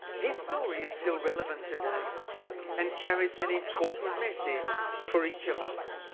his story is still relevant today and carries an important message for each of us.